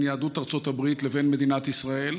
יהדות ארצות הברית לבין מדינת ישראל,